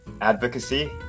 advocacy